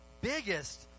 Biggest